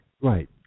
Right